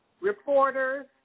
reporters